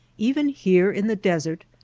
even here in the desert,